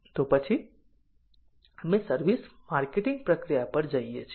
તો પછી અમે સર્વિસ માર્કેટિંગ પ્રક્રિયા પર જઈએ છીએ